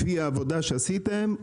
לפי עבודה שעשיתם,